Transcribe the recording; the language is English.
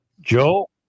Joe